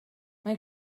mae